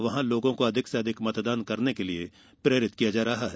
वहां लोगों को अधिक से अधिक मतदान करने के लिये प्रेरित किया जा रहा है